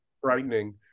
frightening